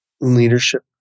leadership